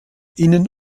innen